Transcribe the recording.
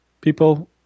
people